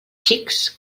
xics